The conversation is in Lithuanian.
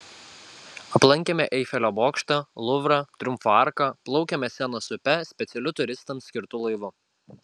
aplankėme eifelio bokštą luvrą triumfo arką plaukėme senos upe specialiu turistams skirtu laivu